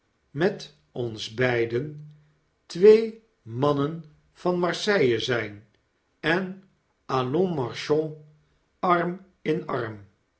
met ons beiden twee mannen van m arse i lie zp en allons marchons arm in arm